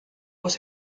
was